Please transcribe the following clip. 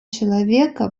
человека